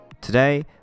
Today